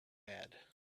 mad